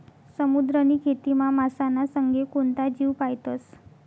समुद्रनी खेतीमा मासाना संगे कोणता जीव पायतस?